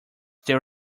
there